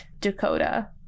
Dakota